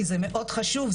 כי זה מאוד חשוב.